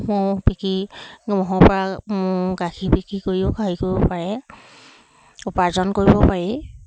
ম'হ বিকি ম'হৰ পৰা ম'হ গাখীৰ বিকি কৰিও হেৰি কৰিব পাৰে উপাৰ্জন কৰিব পাৰি